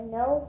no